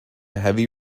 heavy